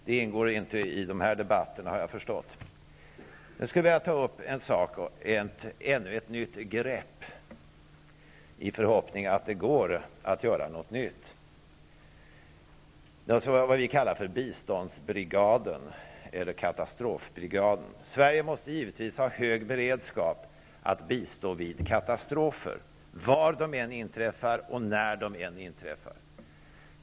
Det ingår inte i de här debatterna, har jag förstått. Jag skulle i förhoppning att det går att göra något nytt vilja ta ännu ett nytt grepp. Det gäller vad vi kallar för biståndsbrigaden eller katastrofbrigaden. Sverige måste givetvis ha hög beredskap att bistå vid katastrofer var och när de än inträffar.